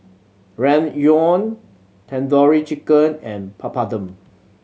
Ramyeon Tandoori Chicken and Papadum